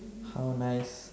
how nice